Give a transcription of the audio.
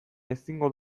ezingo